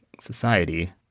society